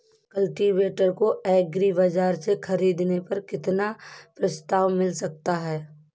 Cultivator को agri बाजार से ख़रीदने पर कितना प्रस्ताव मिल सकता है?